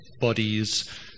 bodies